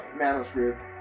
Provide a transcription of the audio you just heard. manuscript